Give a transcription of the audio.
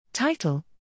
Title